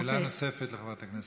שאלה נוספת לחברת הכנסת גרמן.